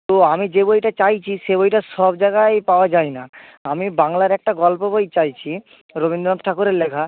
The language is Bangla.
তো আমি যে বইটা চাইছি সেই বইটা সব জাগায় পাওয়া যায় না আমি বাংলার একটা গল্পের বই চাইছি রবীন্দ্রনাথ ঠাকুরের লেখা